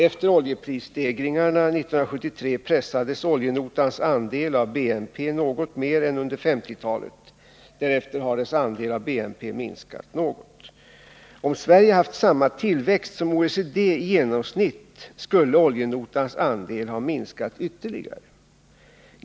Efter oljeprisstegringarna 1973 pressades oljenotans andel av BNP något mer än under 1950-talet. Därefter har dess andel av BNP minskat något. Om Sverige haft samma tillväxt som OECD i genomsnitt skulle oljenotans andel ha minskat ytterligare.